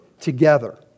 together